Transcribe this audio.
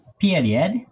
period